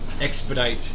Expedite